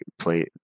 play